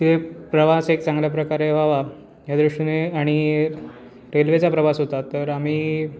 तिथे प्रवास एक चांगल्या प्रकारे व्हावा या दृष्टीने आणि रेल्वेचा प्रवास होता तर आम्ही